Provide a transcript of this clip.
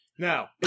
Now